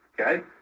Okay